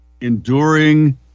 enduring